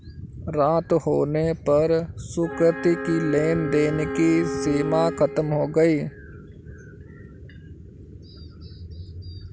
रात होने पर सुकृति की लेन देन की सीमा खत्म हो गई